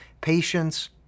patience